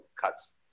cuts